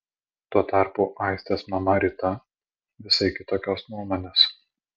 tuo tarpu aistės mama rita visai kitokios nuomonės